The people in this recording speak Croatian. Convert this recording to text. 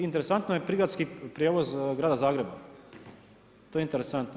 Interesantno je prigradski prijevoz grada Zagreba, to je interesantno.